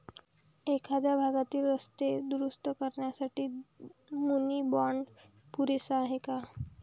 एखाद्या भागातील रस्ते दुरुस्त करण्यासाठी मुनी बाँड पुरेसा आहे का?